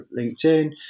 LinkedIn